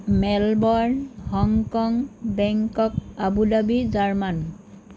Melbourne Hong Kong Bangkok Abu Dhabi German